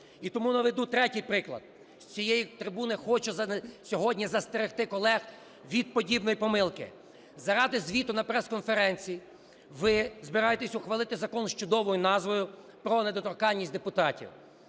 І тому наведу третій приклад. З цієї трибуни хочу сьогодні застерегти колег від подібної помилки. Заради звіту на прес-конференції ви збираєтесь ухвалити закон з чудовою назвою: про недоторканність депутатів.